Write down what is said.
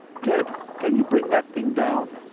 jed, can you bring that thing down?